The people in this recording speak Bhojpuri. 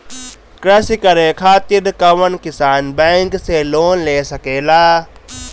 कृषी करे खातिर कउन किसान बैंक से लोन ले सकेला?